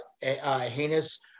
heinous